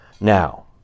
Now